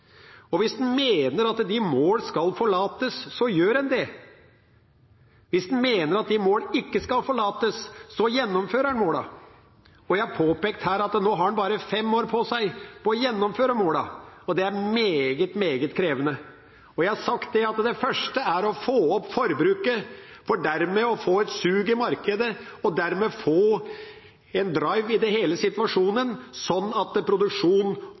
Hvis en mener at disse mål skal forlates, gjør en det. Hvis en mener at disse mål ikke skal forlates, gjennomfører en målene. Jeg har her påpekt at en nå bare har fem år på seg på å nå målene. Det er meget, meget krevende. Og jeg har sagt at det første er å få opp forbruket, for å få et sug i markedet og dermed få en «drive» i hele situasjonen, sånn at